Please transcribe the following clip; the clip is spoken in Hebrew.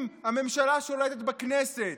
אם הממשלה שולטת בכנסת